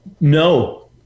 no